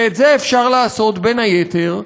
ואת זה אפשר לעשות, בין היתר,